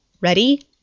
Ready